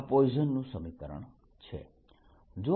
આ પોઈઝનનું સમીકરણ Poisson's equation છે